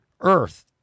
Earth